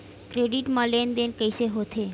Credit मा लेन देन कइसे होथे?